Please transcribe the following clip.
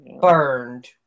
burned